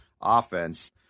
offense